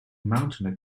maintain